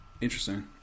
Interesting